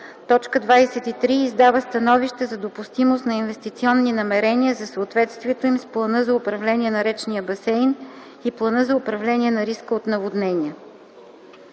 закон. 23. издава становище за допустимост на инвестиционни намерения за съответствието им с плана за управление на речния басейн и плана за управление на риска от наводнения.”